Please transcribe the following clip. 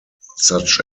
such